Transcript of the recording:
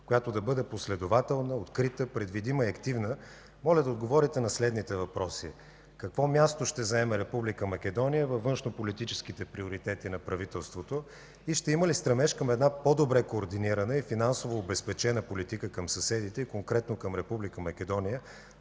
която да бъде последователна, открита, предвидима и активна, моля да отговорите на следните въпроси: Какво място ще заеме Република Македония във външнополитическите приоритети на правителството и ще има ли стремеж към една по-добре координирана и финансово обезпечена политика към съседите и конкретно към Република Македония,